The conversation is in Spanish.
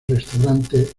restaurante